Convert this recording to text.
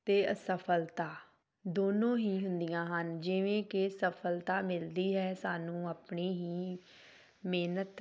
ਅਤੇ ਅਸਫਲਤਾ ਦੋਨੋਂ ਹੀ ਹੁੰਦੀਆਂ ਹਨ ਜਿਵੇਂ ਕਿ ਸਫਲਤਾ ਮਿਲਦੀ ਹੈ ਸਾਨੂੰ ਆਪਣੀ ਹੀ ਮਿਹਨਤ